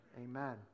amen